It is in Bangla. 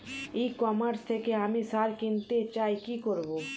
ই কমার্স থেকে আমি সার কিনতে চাই কি করব?